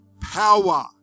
power